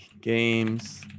Games